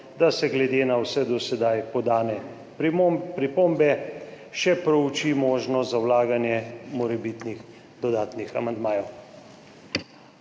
da se glede na vse do sedaj podane pripombe še prouči možnost za vlaganje morebitnih dodatnih amandmajev.